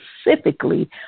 specifically